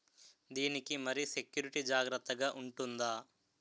దీని కి మరి సెక్యూరిటీ జాగ్రత్తగా ఉంటుందా?